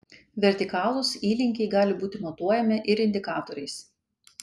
vertikalūs įlinkiai gali būti matuojami ir indikatoriais